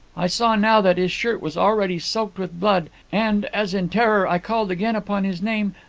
i saw now that his shirt was already soaked with blood and, as in terror i called again upon his name,